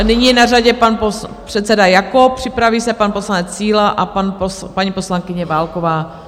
Nyní na řadě pan předseda Jakob, připraví se pan poslanec Síla a paní poslankyně Válková.